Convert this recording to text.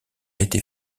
été